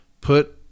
Put